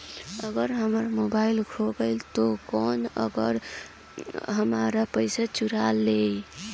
अगर हमार मोबइल खो गईल तो कौनो और हमार पइसा चुरा लेइ?